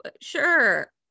sure